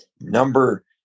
Number